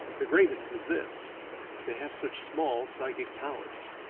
the greatest is this they have such small psychic powers.